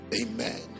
amen